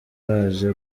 baje